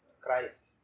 Christ